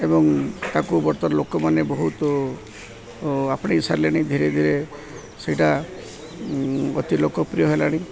ଏବଂ ତାକୁ ବର୍ତ୍ତମାନ ଲୋକମାନେ ବହୁତ ଆପଣେଇ ସାରିଲେଣି ଧୀରେ ଧୀରେ ସେଇଟା ଅତି ଲୋକପ୍ରିୟ ହେଲାଣି